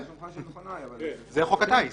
זה חוק הטיס.